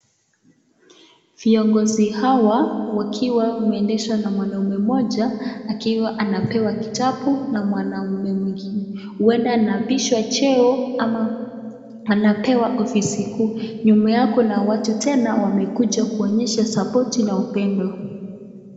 Viongozi hawa wakiwa wameendesha na mwanaume mmoja akiwa anapewa kitabu na mwanaume mwingine, uenda anaapishwa cheo ama anapewa ofisi kuu. Nyuma yao kuna watu tena wamekuja kuonyesha support na upendo.